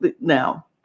Now